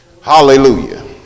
Hallelujah